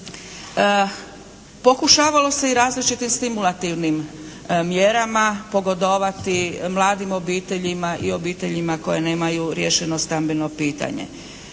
Pokušavalo se i različitim stimulativnim mjerama pogodovati mladim obiteljima i obiteljima koje nemaju riješeno stambeno pitanje.